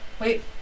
Wait